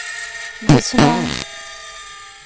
ᱵᱤᱪᱷᱱᱟ